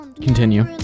Continue